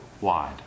wide